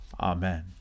Amen